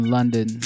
London